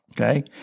Okay